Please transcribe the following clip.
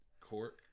Cork